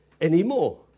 anymore